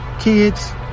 kids